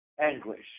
anguish